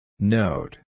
Note